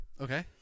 Okay